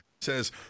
says